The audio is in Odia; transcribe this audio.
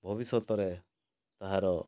ଭବିଷ୍ୟତରେ ତାହାର